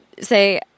say